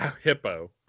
Hippo